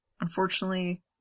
unfortunately